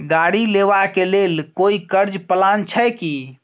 गाड़ी लेबा के लेल कोई कर्ज प्लान छै की?